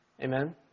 Amen